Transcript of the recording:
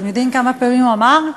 אתם יודעים כמה פעמים הוא אמר?